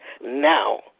now